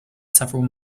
several